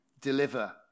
deliver